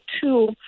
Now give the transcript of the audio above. two